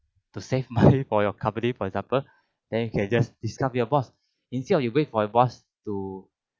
to save money for your company for example then you can just discuss with your boss instead of you wait for your boss to